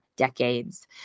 decades